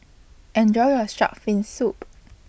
Enjoy your Shark's Fin Soup